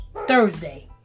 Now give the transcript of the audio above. Thursday